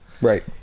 Right